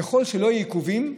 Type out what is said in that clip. ככל שלא יהיו עיכובים,